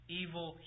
evil